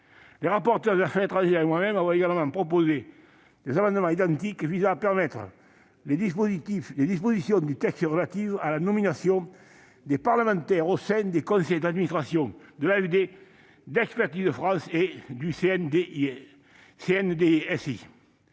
Les rapporteurs de la commission des affaires étrangères et moi-même avons également proposé des amendements identiques visant à mettre les dispositions du texte relatives à la nomination des parlementaires au sein des conseils d'administration de l'AFD, d'Expertise France et du Conseil